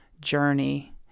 journey